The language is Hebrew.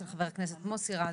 של חבר הכנסת מוסי רז,